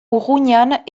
urruñan